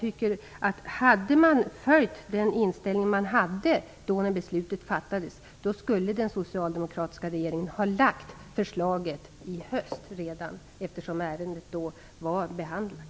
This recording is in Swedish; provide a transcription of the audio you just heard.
Men hade man följt den inställning man hade när beslutet fattades, skulle den socialdemokratiska regeringen ha lagt förslaget redan i höst, eftersom ärendet då var behandlat.